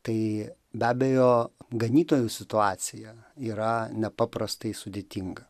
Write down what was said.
tai be abejo ganytojų situacija yra nepaprastai sudėtinga